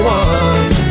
one